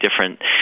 different